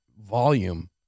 volume